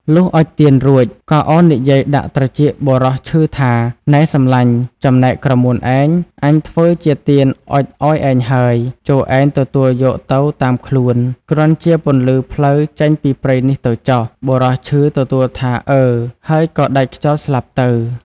លុះអុចទៀនរួច ក៏ឱននិយាយដាក់ត្រចៀកបុរសឈឺថា "នែសំឡាញ់! ចំណែកក្រមួនឯង អញធ្វើជាទៀនអុជឲ្យឯងហើយ ចូរឯងទទួលយកទៅតាមខ្លួន គ្រាន់ជាពន្លឺផ្លូវចេញពីព្រៃនេះទៅចុះ!" បុរសឈឺទទួលថា "អឺ!" ហើយក៏ដាច់ខ្យល់ស្លាប់ទៅ។